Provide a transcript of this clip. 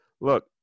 Look